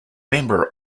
member